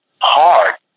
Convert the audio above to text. hard